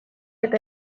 eta